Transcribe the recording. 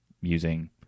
using